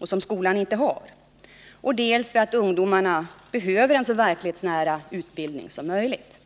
och som skolan inte har —, dels därför att ungdomarna behöver en så verklighetsnära utbildning som möjligt.